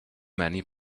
many